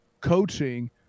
coaching